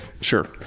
sure